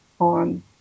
on